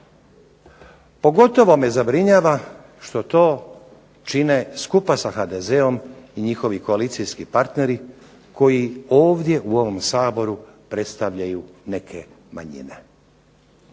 Pogotovo me zabrinjava što to čine skupa sa HDZ-om i njihovi koalicijski partneri koji ovdje u ovom Saboru predstavljaju neke manjine.